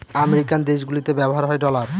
American দেশগুলিতে ব্যবহার হয় ডলার